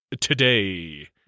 today